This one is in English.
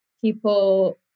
people